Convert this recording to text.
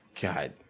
God